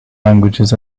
languages